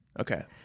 Okay